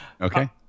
Okay